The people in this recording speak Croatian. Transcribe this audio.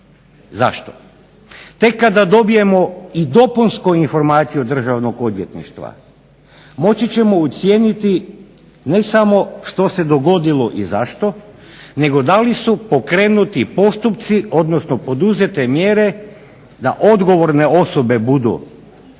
Zašto? Tek kada dobijemo i dopunsku informaciju Državnog odvjetništva moći ćemo ocijeniti ne samo što se dogodilo i zašto nego da li su poduzete mjere da odgovorne osobe budu